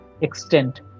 extent